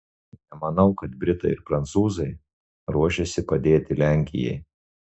nemanau kad britai ir prancūzai ruošiasi padėti lenkijai